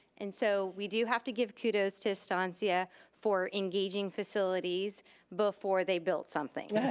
and so we do have to give kudos to estancia for engaging facilities before they built something,